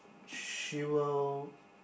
she will